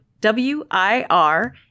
W-I-R-